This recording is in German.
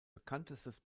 bekanntes